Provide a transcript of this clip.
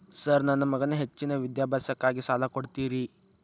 Sir ನನ್ನ ಮಗನ ಹೆಚ್ಚಿನ ವಿದ್ಯಾಭ್ಯಾಸಕ್ಕಾಗಿ ಸಾಲ ಕೊಡ್ತಿರಿ?